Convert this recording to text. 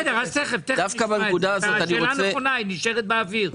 שאלה נכונה, היא נשארת באוויר.